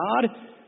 God